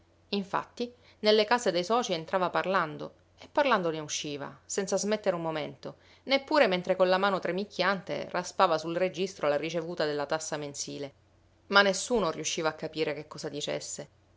infatti nelle case dei socii entrava parlando e parlando ne usciva senza smettere un momento neppure mentre con la mano tremicchiante raspava sul registro la ricevuta della tassa mensile ma nessuno riusciva a capire che cosa dicesse